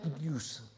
use